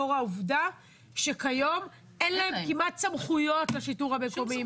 לאור העובדה שכיום אין להם כמעט סמכויות לשיטור המקומי,